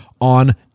on